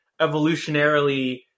evolutionarily